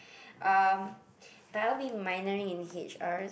um but I'll be minoring in H_R